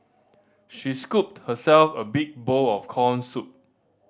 she scooped herself a big bowl of corn soup